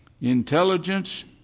Intelligence